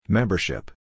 Membership